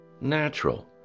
natural